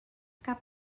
cap